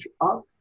up